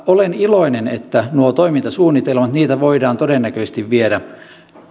olen iloinen että noita toimintasuunnitelmia voidaan todennäköisesti viedä